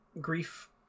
Grief